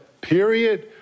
period